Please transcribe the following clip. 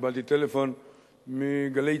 קיבלתי טלפון מ"גלי צה"ל",